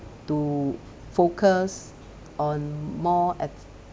to focus on more at